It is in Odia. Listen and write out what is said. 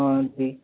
ହଁ ଦିଦି